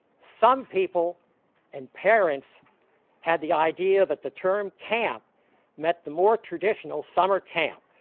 some people and parents had the idea that the term camp meant the more traditional summer camp,